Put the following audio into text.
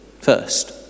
first